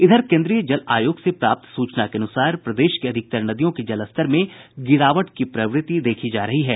इधर केन्द्रीय जल आयोग से प्राप्त सूचना के अनुसार प्रदेश की अधिकतर नदियों के जलस्तर में गिरावट की प्रवृत्ति देखी जा रही है